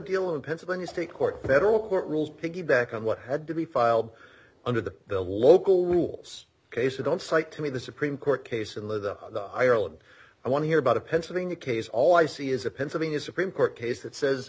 in pennsylvania state court federal court rules piggyback on what had to be filed under the the local rules ok so don't cite to me the supreme court case in the ireland i want to hear about a pennsylvania case all i see is a pennsylvania supreme court case that says